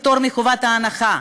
לפטור מחובת ההנחה.